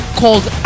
called